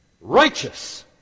righteous